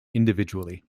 individually